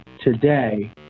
today